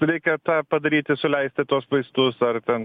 reikia tą padaryti suleisti tuos vaistus ar ten